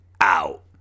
out